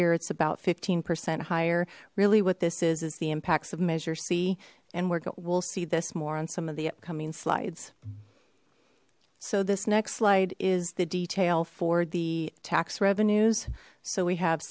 year it's about fifteen percent higher really what this is is the impacts of measure c and we will see this more on some of the upcoming slides so this next slide is the detail for the tax revenues so we have